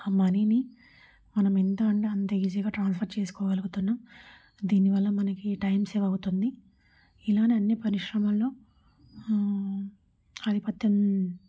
ఆ మనీని మనం ఎంత అంటే అంత ఈజీగా ట్రాన్స్ఫర్ చేసుకోగలుగుతున్నాము దీని వల్ల మనకి టైం సేవ్ అవుతుంది ఇలానే అన్ని పరిశ్రమల్లో ఆధిపత్యం